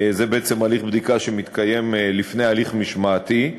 זה בעצם הליך בדיקה שמתקיים לפני הליך משמעתי,